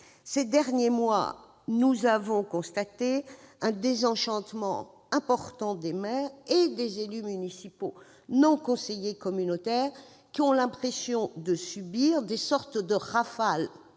Ces derniers mois, nous avons constaté un désenchantement important des maires et des élus municipaux, qui ont l'impression de subir des sortes de rafales